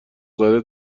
زده